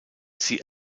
sie